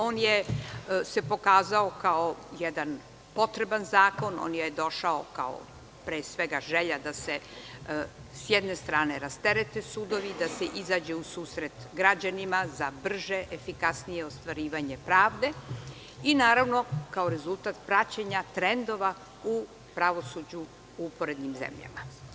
On se pokazao kao jedan potreban zakon, došao je pre svega kao želja da se sa jedne strane rasterete sudovi, da se izađe u susret građanima za brže i efikasnije ostvarivanje pravde i naravno kao rezultat praćenja trendova u pravosuđu u uporednim zemljama.